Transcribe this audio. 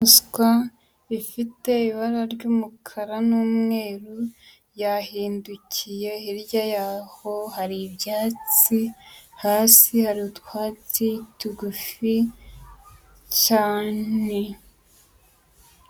Inyamaswa ifite ibara ry'umukara n'umweru, yahindukiye, hirya yaho hari ibyatsi, hasi hari utwatsi tugufi cyane.